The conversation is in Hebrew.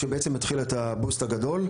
שבעצם התחיל את הבוסט הגדול.